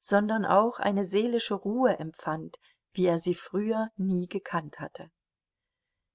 sondern auch eine seelische ruhe empfand wie er sie früher nie gekannt hatte